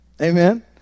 Amen